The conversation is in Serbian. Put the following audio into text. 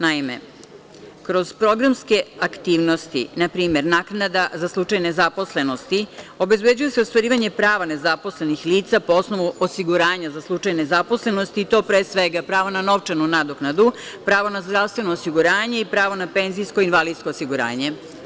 Naime, kroz programske aktivnosti, na primer, naknada za slučaj nezaposlenosti, obezbeđuje se ostvarivanje prava nezaposlenih lica po osnovu osiguranja za slučaj nezaposlenosti i to, pre svega, pravo na novčanu nadoknadu, pravo na zdravstveno osiguranje i pravo na penzijsko-invalidsko osiguranje.